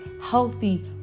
healthy